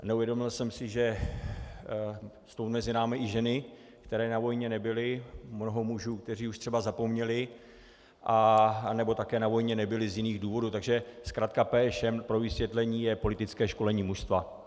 Neuvědomil jsem si, že jsou mezi námi i ženy, které na vojně nebyly, mnoho mužů, kteří již třeba zapomněli a nebo také na vojně nebyli z jiných důvodů, takže zkratka PŠM pro vysvětlení je politické školení mužstva.